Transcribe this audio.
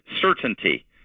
certainty